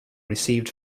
received